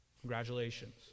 Congratulations